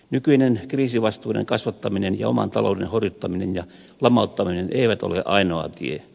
nykyinen kriisivastuiden kasvattaminen ja oman talouden horjuttaminen ja lamauttaminen ei ole ainoa tie